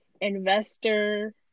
investor